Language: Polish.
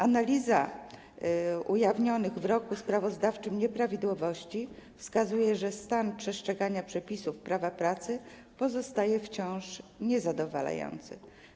Analiza ujawnionych w roku sprawozdawczym nieprawidłowości wskazuje, że stan przestrzegania przepisów prawa pracy pozostaje wciąż niezadowalający.